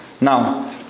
Now